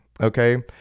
okay